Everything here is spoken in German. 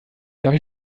ich